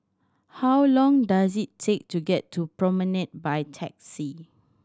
how long does it take to get to Promenade by taxi